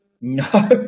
No